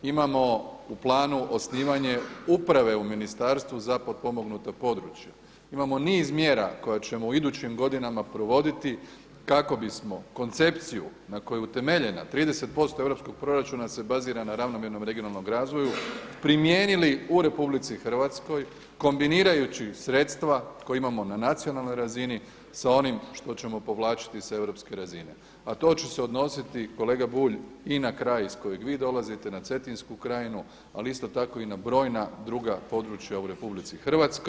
Imamo u planu osnivanje uprave u Ministarstvu za potpomognuta područja, imamo niz mjera koje ćemo u idućim godinama provoditi kako bismo koncepciju na koju je utemeljena, 30% europskog proračuna da se bazira na ravnomjernom regionalnom razvoju primijenili u RH kombinirajući sredstva koja imamo na nacionalnoj razini sa onim što ćemo povlačiti sa europske razine a to će se odnositi kolega Bulj i na kraj iz kojeg vi dolazite, na Cetinsku krajinu ali isto tako i na brojna druga područja u RH.